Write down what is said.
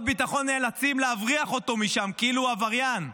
ביטחון נאלצים להבריח אותו משם כאילו הוא עבריין,